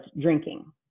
drinking